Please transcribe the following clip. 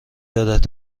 دارد